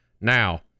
Now